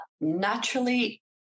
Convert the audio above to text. naturally